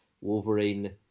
Wolverine